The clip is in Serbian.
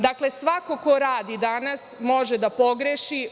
Dakle, svako ko radi danas može da pogreši.